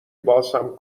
بازهم